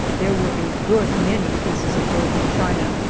there were a good many pieces of broken china,